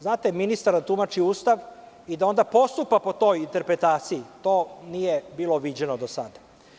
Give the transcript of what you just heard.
Znate, ministar da tumači Ustav i da onda postupa po toj interpretaciji, to nije bilo viđeno do sada.